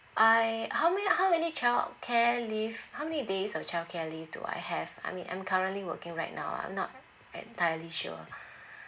I how many how many childcare leave how many days of childcare leave do I have I mean I'm currently working right now I'm not entirely sure